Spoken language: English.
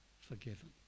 forgiven